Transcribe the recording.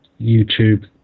YouTube